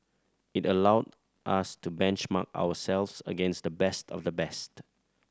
it allowed us to benchmark ourselves against the best of the best